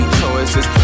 choices